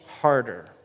harder